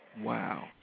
Wow